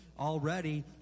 Already